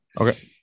Okay